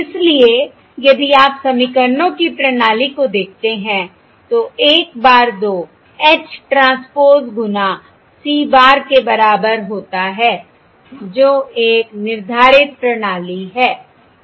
इसलिए यदि आप समीकरणों की प्रणाली को देखते हैं तो 1 bar 2 H ट्रांसपोज़ गुना c bar के बराबर होता है जो एक निर्धारित प्रणाली है ठीक है